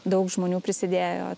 daug žmonių prisidėjo